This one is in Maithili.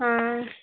हँ